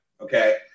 Okay